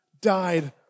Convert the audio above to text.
died